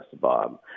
Bob